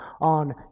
on